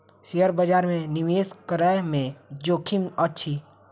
share बजार में निवेश करै में जोखिम अछि